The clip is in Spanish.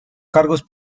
cargos